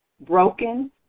broken